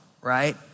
right